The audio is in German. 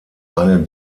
eine